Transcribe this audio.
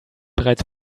bereits